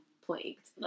plagued